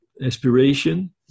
aspiration